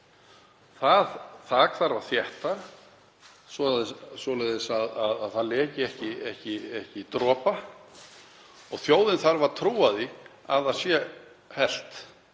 þak þarf að þétta svo að það leki ekki dropa. Þjóðin þarf að trúa því að það sé helt.